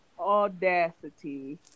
audacity